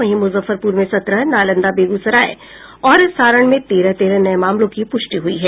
वहीं मुजफ्फरपुर में सत्रह नालंदा बेगूसराय और सारण में तेरह तेरह नये मामलों की पुष्टि हुई है